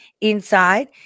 inside